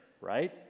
right